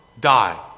die